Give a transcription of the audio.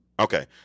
Okay